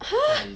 !huh!